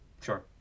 Sure